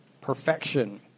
perfection